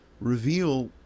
reveal